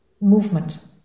movement